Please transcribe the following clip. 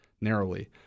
narrowly